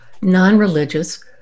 non-religious